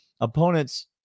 opponents